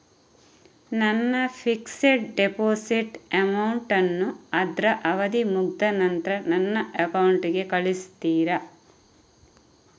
ನನ್ನ fixed deposit amount ಅನ್ನು ಅದ್ರ ಅವಧಿ ಮುಗ್ದ ನಂತ್ರ ನನ್ನ ಅಕೌಂಟ್ ಗೆ ಕಳಿಸ್ತೀರಾ?